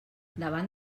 davant